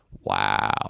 wow